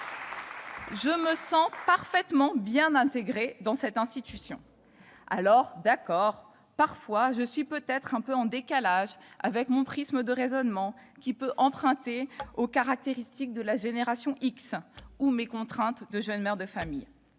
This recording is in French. je me sens parfaitement bien intégrée dans cette institution. Certes, je suis peut-être parfois un peu en décalage avec mon prisme de raisonnement qui peut emprunter aux caractéristiques de la génération X ou mes contraintes de jeune mère de famille.